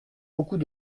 beaucoup